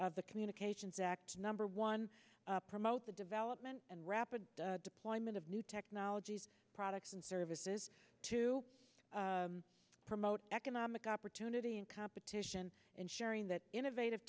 the communications act number one promote the development and rapid deployment of new technologies products and services to promote economic opportunity and competition ensuring that innovative